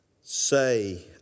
say